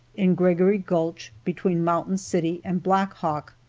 in gregory gulch between mountain city and blackhawk.